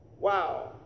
Wow